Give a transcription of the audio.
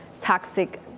toxic